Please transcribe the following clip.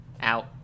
Out